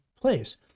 place